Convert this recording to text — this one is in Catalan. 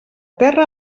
terra